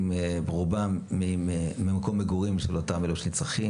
רובם ממקום מגורים של אותם אלו שצריכים,